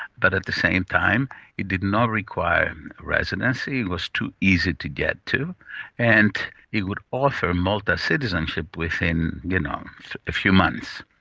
but at the same time it did not require residency, it was too easy to get, and it would offer malta citizenship within you know a few months.